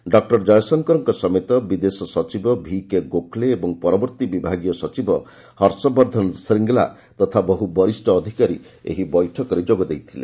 doctor ଜୟଶଙ୍କରଙ୍କ ସମେତ ବିଦେଶ ସଚିବ ଭିକେ ଗୋଖ୍ଲେ ଏବଂ ପରବର୍ତ୍ତୀ ବିଭାଗୀୟ ସଚିବ ହର୍ଷବର୍ଦ୍ଧନ ଶ୍ରିଙ୍ଗ୍ଲା ତଥା ବହୁ ବରିଷ ଅଧିକାରୀ ଏହି ବୈଠକରେ ଯୋଗ ଦେଇଥିଲେ